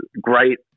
great